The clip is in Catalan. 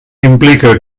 implica